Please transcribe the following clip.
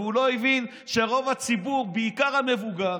והוא לא הבין שרוב הציבור, בעיקר המבוגר,